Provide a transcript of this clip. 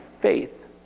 faith